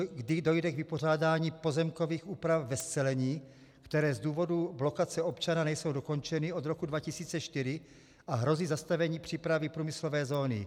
Kdy dojde k vypořádání pozemkových úprav ve scelení, které z důvodu blokace občana nejsou dokončeny od roku 2004 a hrozí zastavení přípravy průmyslové zóny?